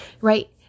Right